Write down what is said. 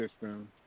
system